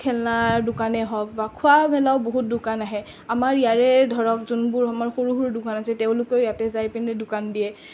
খেলনাৰ দোকানেই হওক বা খোৱা মেলাও বহুত দোকান আহে আমাৰ ইয়াৰে ধৰক যোনবোৰ আমাৰ সৰু সৰু দোকান আছে তেওঁলোকেও ইয়াতে যায় পেনাই দোকান দিয়ে